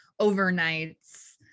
overnights